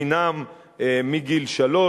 חינם מגיל שלוש,